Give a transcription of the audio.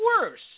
worse